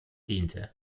diente